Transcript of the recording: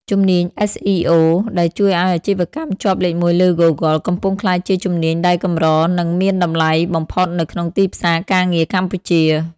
ជំនាញ SEO ដែលជួយឱ្យអាជីវកម្មជាប់លេខ១លើ Google កំពុងក្លាយជាជំនាញដែលកម្រ និងមានតម្លៃបំផុតនៅក្នុងទីផ្សារការងារកម្ពុជា។